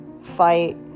fight